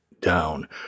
down